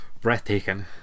breathtaking